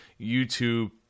YouTube